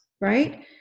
right